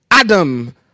Adam